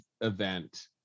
event